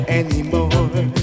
anymore